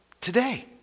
Today